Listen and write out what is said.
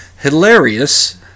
Hilarious